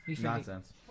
nonsense